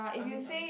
I mean I don~